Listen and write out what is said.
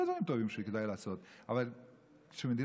יש הרבה דברים טובים שכדאי לעשות.